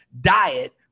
diet